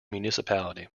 municipality